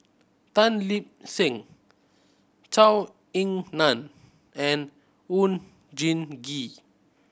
Tan Lip Seng Zhou Ying Nan and Oon Jin Gee